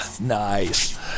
Nice